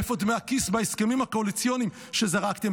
איפה דמי הכיס בהסכמים הקואליציוניים שזרקתם?